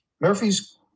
Murphy's